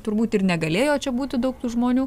turbūt ir negalėjo čia būti daug tų žmonių